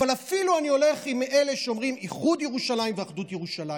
אבל אפילו אם אני הולך עם אלה שאומרים: איחוד ירושלים ואחדות ירושלים,